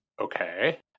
Okay